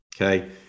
Okay